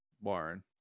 Warren